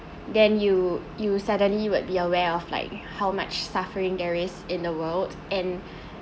then you you suddenly will be aware of like how much suffering there is in the world and